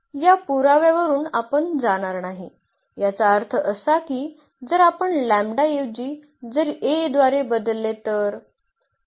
या पुराव्यावरून आपण जाणार नाही याचा अर्थ असा की जर आपण ऐवजी जर हे A द्वारे बदलले तर